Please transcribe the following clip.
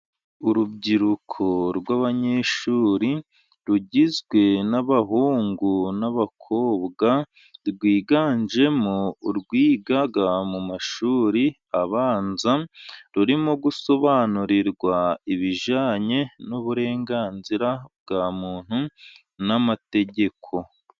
urubyiruko rw'abanyeshuri, rugizwe n'abahungu n'abakobwa, rwiganjemo urwiga mu mashuri abanza, rurimo gusobanurirwa ibijyanye n'uburenganzira bwa muntu n'amategeko.